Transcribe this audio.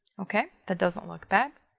okay, that doesn't look bad.